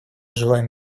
желаем